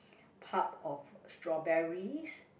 pub of strawberries